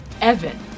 Evan